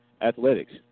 athletics